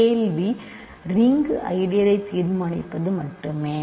கேள்வி ரிங்கு ஐடியளைத் தீர்மானிப்பது மட்டுமே